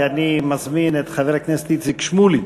ואני מזמין את חבר הכנסת איציק שמולי